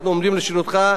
אנחנו עומדים לשירותך,